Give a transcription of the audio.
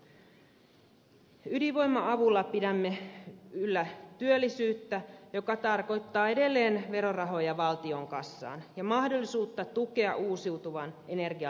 ydinvoiman avulla pidämme yllä työllisyyttä joka tarkoittaa edelleen verorahoja valtion kassaan ja mahdollisuutta tukea uusiutuvan energian lisäystä